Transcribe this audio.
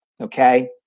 Okay